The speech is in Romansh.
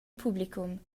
publicum